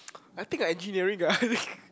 I think I engineering ah